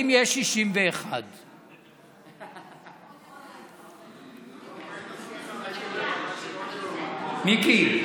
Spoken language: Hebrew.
אם יש 61. מיקי,